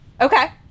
Okay